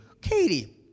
Katie